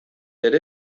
ere